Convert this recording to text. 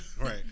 Right